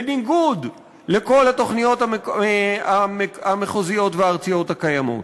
בניגוד לכל התוכניות המחוזיות והארציות הקיימות.